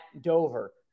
Dover